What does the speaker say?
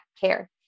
care